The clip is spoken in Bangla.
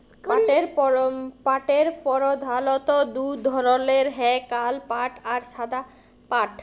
পাটের পরধালত দু ধরলের হ্যয় কাল পাট আর সাদা পাট